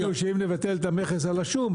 הם גם האמינו שאם נבטל את המכס על השום,